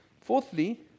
Fourthly